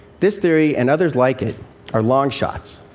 this theory and others like it are long shots.